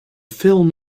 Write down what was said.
film